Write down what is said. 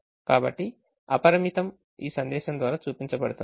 కాబట్టి అపరిమితం ఈ సందేశం ద్వారా సూచించబడుతుంది